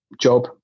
job